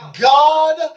God